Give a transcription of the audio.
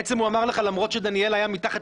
בעצם הוא אמר לך למרות שדניאל היה מתחת